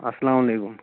اسلامُ علیکُم